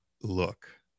look